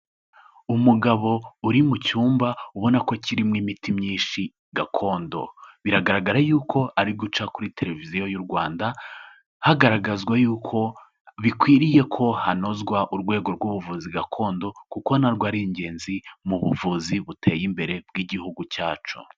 Umugabo uri mu cyumba ubona ko kirimo imiti myinshi gakondo. Biragaragara yuko ari guca kuri televiziyo y'u Rwanda, hagaragazwa yuko bikwiriye ko hanozwa urwego rw'ubuvuzi gakondo kuko na rwo ari ingenzi mu buvuzi buteye imbere bw'igihugu cyacu.